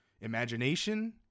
imagination